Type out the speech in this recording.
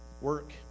Work